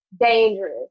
dangerous